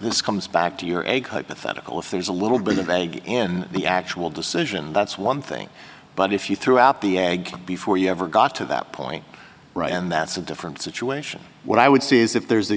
this comes back to your egg hypothetical if there's a little bit of aig in the actual decision that's one thing but if you threw out the egg before you ever got to that point right and that's a different situation what i would say is if there's a